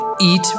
Eat